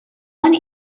one